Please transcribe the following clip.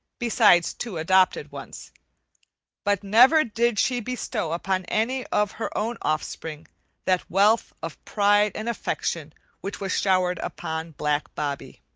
besides two adopted ones but never did she bestow upon any of her own offspring that wealth of pride and affection which was showered upon black bobbie.